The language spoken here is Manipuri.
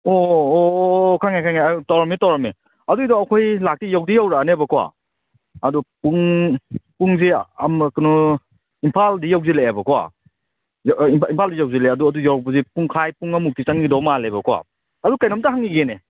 ꯑꯣ ꯑꯣ ꯑꯣ ꯑꯣ ꯈꯪꯉꯦ ꯈꯪꯉꯦ ꯑꯗꯨ ꯇꯧꯔꯝꯃꯦ ꯇꯧꯔꯝꯃꯦ ꯑꯗꯨꯏꯗꯣ ꯑꯩꯈꯣꯏ ꯂꯥꯛꯇꯤ ꯌꯧꯗꯤ ꯌꯧꯔꯛꯑꯅꯦꯕꯀꯣ ꯑꯗꯨ ꯄꯨꯡ ꯄꯨꯡꯁꯤ ꯑꯃ ꯀꯩꯅꯣ ꯏꯝꯐꯥꯜꯗꯤ ꯌꯧꯁꯤꯜꯂꯛꯑꯦꯕꯀꯣ ꯏꯝꯐꯥꯜꯗꯤ ꯌꯧꯁꯤꯜꯂꯦ ꯑꯗꯣ ꯑꯗꯨ ꯌꯧꯔꯛꯄꯗꯤ ꯄꯨꯡꯈꯥꯏ ꯄꯨꯡ ꯑꯃꯃꯨꯛꯇꯤ ꯆꯪꯈꯤꯗꯧ ꯃꯥꯜꯂꯦꯕꯀꯣ ꯑꯗꯨ ꯀꯩꯅꯣꯝꯇ ꯍꯪꯈꯤꯒꯦꯅꯦ